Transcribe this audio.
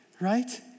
right